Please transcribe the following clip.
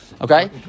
okay